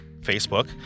Facebook